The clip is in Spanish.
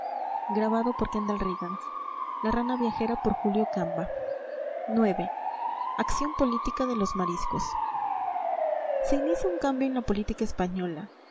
ix acción política de los mariscos se inicia un cambio en la política española